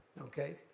okay